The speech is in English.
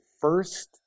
first